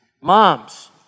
moms